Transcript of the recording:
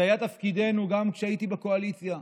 זה היה תפקידנו גם כשהייתי בקואליציה.